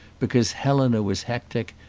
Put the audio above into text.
because helena was hectic,